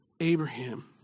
Abraham